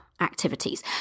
activities